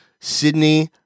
Sydney